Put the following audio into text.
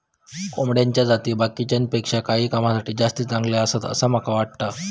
कोंबड्याची जाती बाकीच्यांपेक्षा काही कामांसाठी जास्ती चांगले आसत, असा माका वाटता